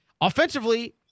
offensively